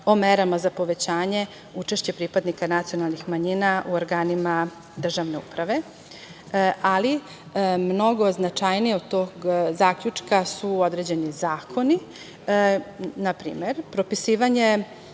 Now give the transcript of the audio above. o merama za povećanje učešća pripadnika nacionalnih manjina u organima državne uprave, ali mnogo značajnije od tog zaključka su određeni zakoni. Na primer, propisivanje